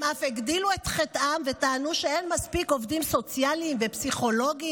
הם אף הגדילו את חטאם וטענו שאין מספיק עובדים סוציאליים ופסיכולוגים,